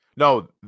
No